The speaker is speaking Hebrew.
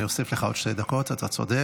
אני אוסיף לך עוד שתי דקות, אתה צודק.